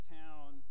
town